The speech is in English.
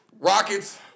Rockets